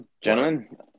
gentlemen